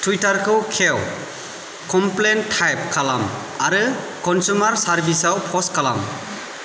टुइटारखौ खेव complaint type खालाम आरो कनसुमार सारभिसाव पस्ट खालाम